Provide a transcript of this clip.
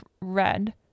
red